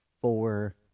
four